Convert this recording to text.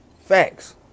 Facts